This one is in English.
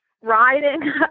riding